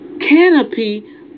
canopy